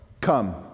come